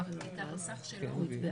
שתסביר.